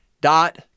dot